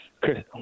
Chris